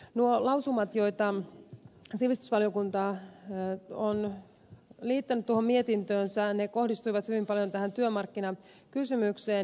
nuo lausumat joita sivistysvaliokunta on liittänyt tuohon mietintöönsä kohdistuivat hyvin paljon tähän työmarkkinakysymykseen